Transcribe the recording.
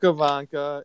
Ivanka